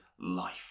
life